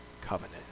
covenant